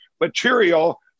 material